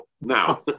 Now